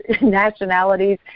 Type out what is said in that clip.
nationalities